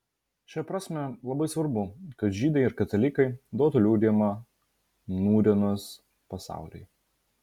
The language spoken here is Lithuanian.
šia prasme labai svarbu kad žydai ir katalikai duotų liudijimą nūdienos pasauliui